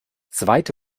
zweite